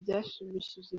byashimishije